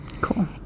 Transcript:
Cool